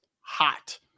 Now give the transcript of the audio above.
hot